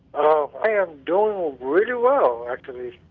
oh. i am doing ah really well actually